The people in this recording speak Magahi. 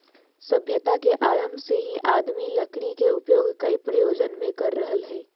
सभ्यता के आरम्भ से ही आदमी लकड़ी के उपयोग कई प्रयोजन मे कर रहल हई